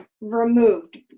removed